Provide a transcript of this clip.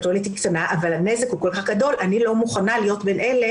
התועלת קטנה אבל הנזק כל כך גדול ואני לא מוכנה להיות בין אלה